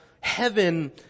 heaven